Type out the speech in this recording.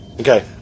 Okay